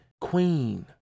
queen